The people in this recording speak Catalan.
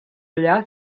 allà